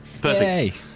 Perfect